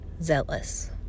Zealous